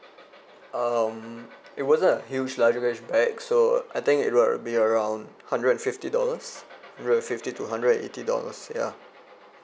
um it wasn't a huge luggage bag so I think it will be around hundred and fifty dollars hundred and fifty to hundred and eighty dollars ya